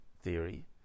theory